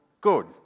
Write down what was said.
good